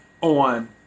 on